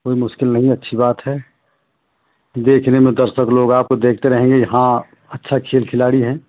कोई मुश्किल नहीं अच्छी बात है देखने में दर्शक लोग आपको देखते रहेंगे हाँ अच्छा खेल खिलाड़ी है